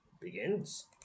Begins